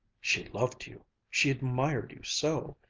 she loved you she admired you so!